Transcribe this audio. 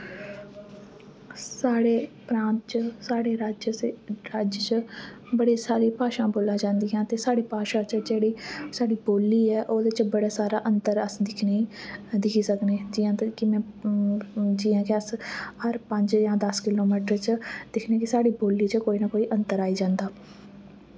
साढ़े प्रांत च साढ़े राज्य से राज्य च बड़ी सारी भाशां बोला जंदियां ते साढ़ी भाशा च जेह्ड़ी साढ़ी बोल्ली ऐ ओह्दे च बड़ा सारा अंतर अस दिक्खने दिक्खी सकने जि'यां कि में जि'यां कि अस अस हर पंज यां दस किलोमीटर च दिखने कि साढ़ी बोल्ली च कोई ना कोई अंतर आई जंदा